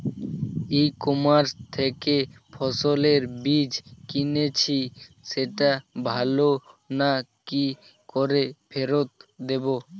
ই commerce থেকে ফসলের বীজ কিনেছি সেটা ভালো না কি করে ফেরত দেব?